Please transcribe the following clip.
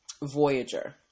voyager